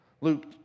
Luke